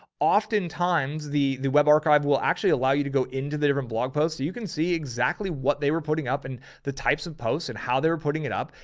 oftentimes the the web archive will actually allow you to go into the different blog posts so you can see exactly what they were putting up and the types of posts and how they were putting it up.